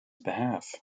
behalf